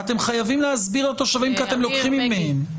אתם חייבים להסביר לתושבים כי אתם לוקחים מהם.